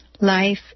life